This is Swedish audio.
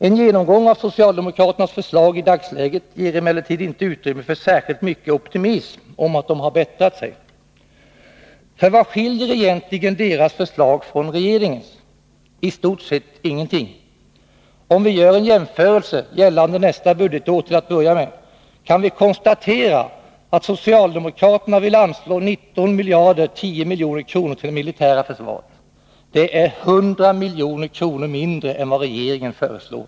En genomgång av socialdemokraternas förslag i dagsläget ger emellertid inte utrymme för särskilt mycket optimism om att de har bättrat sig. För vad skiljer egentligen deras förslag från regeringens? I stort sett ingenting. Om vi gör en jämförelse gällande nästa budgetår till att börja med, kan vi konstatera att socialdemokraterna vill anslå 19 010 milj.kr. till det militära försvaret. Det är 100 milj.kr. mindre än vad regeringen föreslår.